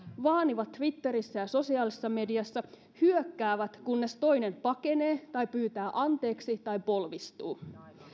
vaanivat twitterissä ja sosiaalisessa mediassa hyökkäävät kunnes toinen pakenee tai pyytää anteeksi tai polvistuu